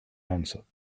answered